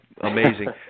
Amazing